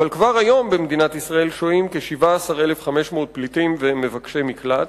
אבל כבר היום שוהים במדינת ישראל כ-17,500 פליטים ומבקשי מקלט,